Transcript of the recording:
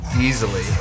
Easily